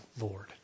Lord